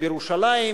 בירושלים,